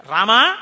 Rama